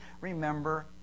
remember